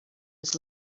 was